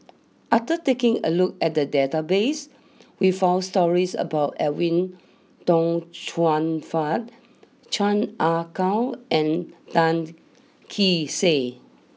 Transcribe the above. after taking a look at the database we found stories about Edwin Tong Chun Fai Chan Ah Kow and Tan Kee Sek